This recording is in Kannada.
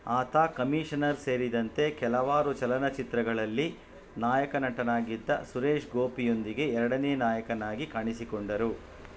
ಆತ ಕಮಿಷನರ್ ಸೇರಿದಂತೆ ಕೆಲವಾರು ಚಲನಚಿತ್ರಗಳಲ್ಲಿ ನಾಯಕನಟನಾಗಿದ್ದ ಸುರೇಶ್ ಗೋಪಿಯೊಂದಿಗೆ ಎರಡನೇ ನಾಯಕನಾಗಿ ಕಾಣಿಸಿಕೊಂಡರು